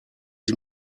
sie